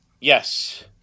Yes